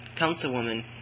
councilwoman